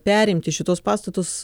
perimti šituos pastatus